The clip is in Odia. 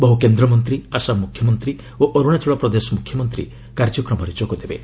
ବହୁ କେନ୍ଦ୍ରମନ୍ତ୍ରୀ ଆସାମ ମୁଖ୍ୟମନ୍ତ୍ରୀ ଓ ଅରୁଣାଚଳ ପ୍ରଦେଶ ମୁଖ୍ୟମନ୍ତ୍ରୀ କାର୍ଯ୍ୟକ୍ରମରେ ଯୋଗଦେବେ